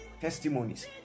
testimonies